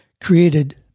created